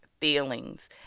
feelings